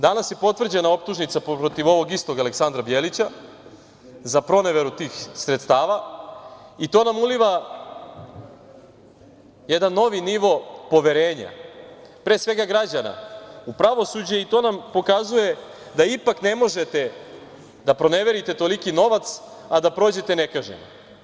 Danas je potvrđena optužnica protiv ovog istog Aleksandra Bjelića, za proneveru tih sredstava i to nam uliva jedan novi nivo poverenja, pre svega građana u pravosuđe i to nam pokazuje da ipak ne možete da proneverite toliki novac, a da prođete nekažnjeno.